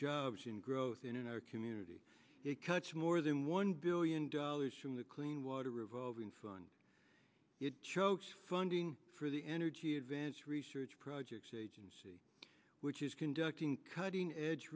jobs and growth in our community it cuts more than one billion dollars from the clean water revolving fund chokes funding for the energy advanced research projects agency which is conducting cutting edge